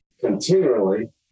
continually